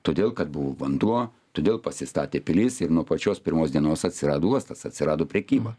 todėl kad buvo vanduo todėl pasistatė pilis ir nuo pačios pirmos dienos atsirado uostas atsirado prekyba